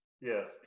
Yes